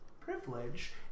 privilege